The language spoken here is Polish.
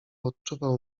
odczuwał